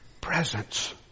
presence